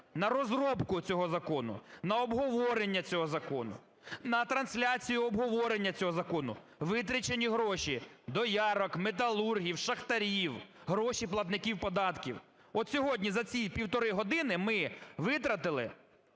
На розробку цього закону, на обговорення цього закону, на трансляцію обговорення цього закону витрачені гроші доярок, металургів, шахтарів, гроші платників податків. От сьогодні за ці півтори години ми витратили